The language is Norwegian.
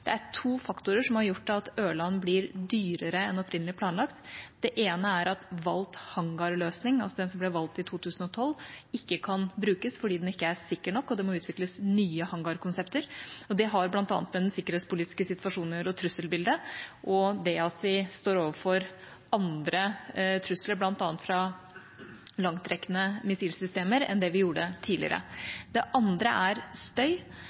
Det er to faktorer som har gjort at Ørland blir dyrere enn opprinnelig planlagt. Det ene er at valgt hangarløsning – den som ble valgt i 2012 – ikke kan brukes fordi den ikke er sikker nok, og det må utvikles nye hangarkonsepter. Det har bl.a. med den sikkerhetspolitiske situasjonen og trusselbildet å gjøre, og det at vi står overfor andre trusler – bl.a. fra langtrekkende missilsystemer – enn det vi gjorde tidligere. Det andre er støy,